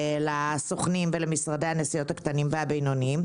הסוכנים ועל משרדי הנסיעות הקטנים והבינוניים.